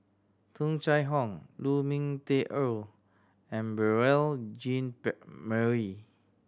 Tung Chye Hong Lu Ming Teh Earl and Beurel Jean Marie